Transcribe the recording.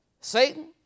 Satan